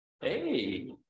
Hey